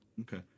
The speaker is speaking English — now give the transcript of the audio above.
Okay